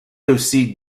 aussi